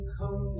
come